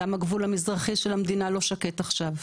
גם הגבול המזרחי של המדינה לא שקט עכשיו.